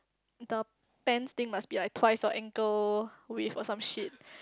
the pants thing must be like twice of ankle with or some shit